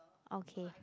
okay